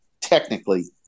technically